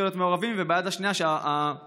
להיות מעורבים וביד השנייה שהפוליטיקאים,